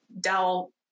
Dell